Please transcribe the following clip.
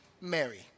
Mary